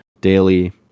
Daily